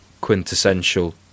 quintessential